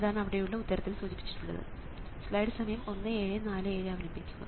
അതാണ് അവിടെയുള്ള ഉത്തരത്തിൽ സൂചിപ്പിച്ചിരിക്കുന്നത്